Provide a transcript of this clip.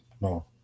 no